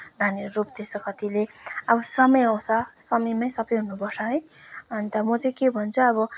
धानहरू रोप्दैछ कतिले अब समय आउँछ समयमै सबै हुनुपर्छ है अन्त म चाहिँ के भन्छु अब